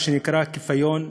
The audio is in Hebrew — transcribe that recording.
מה שנקרא: כפיון,